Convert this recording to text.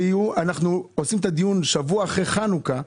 אנחנו עושים את הדיון שבוע אחרי חנוכה.